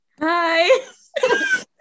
Hi